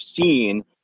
seen